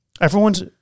everyone's